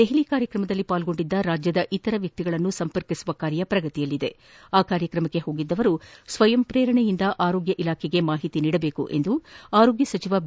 ದೆಹಲಿ ಕಾರ್ಯತ್ರಮದಲ್ಲಿ ಪಾಲ್ಗೊಂಡಿದ್ದ ರಾಜ್ಯದ ಇತರ ವ್ಯಕ್ತಿಗಳನ್ನು ಸಂಪರ್ಕಿಸುವ ಕಾರ್ಯ ಪ್ರಗತಿಯಲ್ಲಿದೆ ಆ ಕಾರ್ಯಕ್ರಮಕ್ಕೆ ಹೋಗಿದ್ದವರು ಸ್ವಯಂ ಪ್ರೇರಣೆಯಿಂದ ಆರೋಗ್ಯ ಇಲಾಖೆಗೆ ಮಾಹಿತಿ ನೀಡಬೇಕು ಎಂದು ಆರೋಗ್ಯ ಸಚಿವ ಬಿ